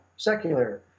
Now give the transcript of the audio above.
Secular